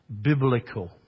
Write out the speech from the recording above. biblical